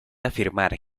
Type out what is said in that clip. afirmar